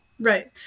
Right